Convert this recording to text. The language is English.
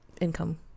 income